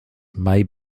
may